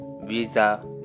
visa